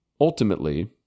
ultimately